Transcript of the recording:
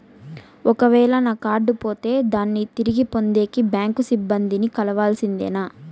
ఒక వేల నా కార్డు పోతే దాన్ని తిరిగి పొందేకి, బ్యాంకు సిబ్బంది ని కలవాల్సిందేనా?